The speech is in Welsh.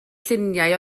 lluniau